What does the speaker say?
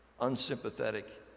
unsympathetic